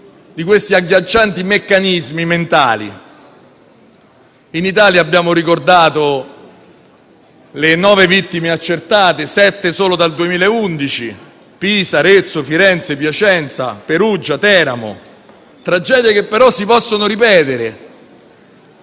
di questi agghiaccianti meccanismi mentali. In Italia abbiamo ricordato le nove vittime accertate, sette solo dal 2011: Pisa, Arezzo, Firenze, Piacenza, Perugia, Teramo. Tragedie che però si possono ripetere;